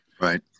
Right